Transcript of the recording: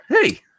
Hey